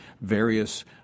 various